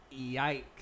Yikes